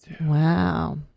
Wow